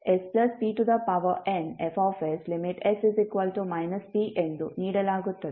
ಆದ್ದರಿಂದ kn ಅನ್ನು knspnF|s p ಎಂದು ನೀಡಲಾಗುತ್ತದೆ